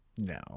No